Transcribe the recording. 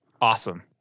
Awesome